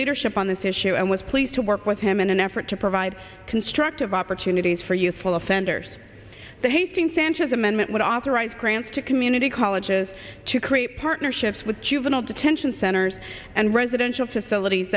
leadership on this issue and was pleased to work with him in an effort to provide constructive opportunities for youthful offenders that hating sanchez amendment would authorize grants to community colleges to create partnerships with juvenile detention centers and residential facilities